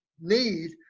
need